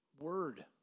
word